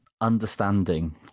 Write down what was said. understanding